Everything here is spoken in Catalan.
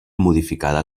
modificada